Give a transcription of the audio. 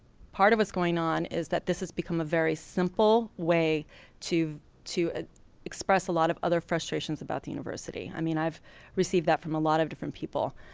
part of what's going on is that this has become a very simple way to to ah express a lot of other frustrations about the university. i mean, i've received that from a lot of different people.